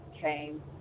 came